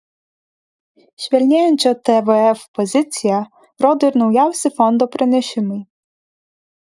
švelnėjančią tvf poziciją rodo ir naujausi fondo pranešimai